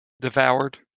devoured